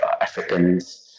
Africans